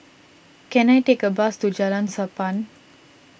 can I take a bus to Jalan Sappan